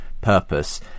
purpose